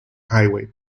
highway